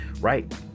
Right